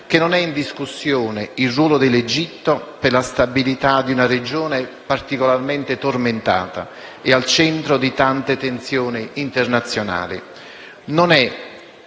che non è in discussione il ruolo dell'Egitto per la stabilità di una regione particolarmente tormentata e al centro di tante tensioni internazionali,